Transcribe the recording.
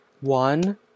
One